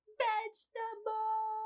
vegetable